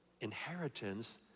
Inheritance